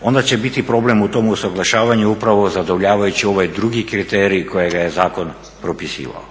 onda će biti problem u tom usuglašavanju upravo zadovoljavajući ovaj drugi kriterij kojega je zakon propisivao.